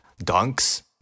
dunks